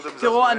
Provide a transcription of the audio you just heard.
תראו,